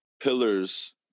pillars